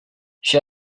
she